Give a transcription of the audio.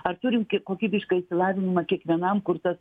ar turim kokybišką išsilavinimą kiekvienam kur tas